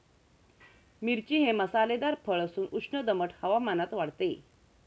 मिरची हे मसालेदार फळ असून उष्ण दमट हवामानात वाढते